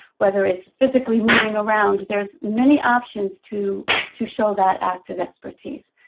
whether it's physically moving around. there is many options to to show that active expertise.